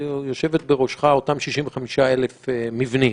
יושבים בראשך אותם 65,000 מבנים,